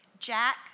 Jack